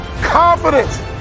Confidence